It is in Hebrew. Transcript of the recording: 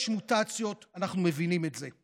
יש מוטציות, אנחנו מבינים את זה.